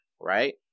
right